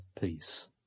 peace